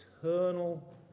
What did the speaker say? eternal